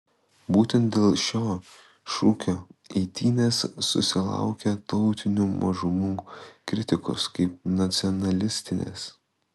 būtent dėl šio šūkio eitynės susilaukia tautinių mažumų kritikos kaip nacionalistinės